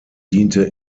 diente